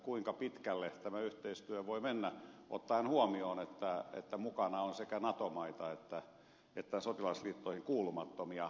kuinka pitkälle tämä yhteistyö voi mennä ottaen huomioon että mukana on sekä nato maita että sotilasliittoihin kuulumattomia maita